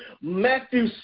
Matthew